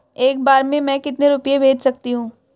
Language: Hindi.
एक बार में मैं कितने रुपये भेज सकती हूँ?